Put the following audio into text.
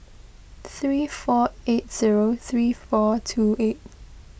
three four eight zero three four two eight